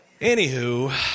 Anywho